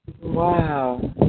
Wow